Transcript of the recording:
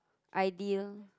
ideal